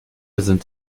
sind